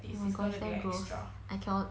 oh my god so gross I cannot